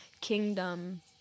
kingdom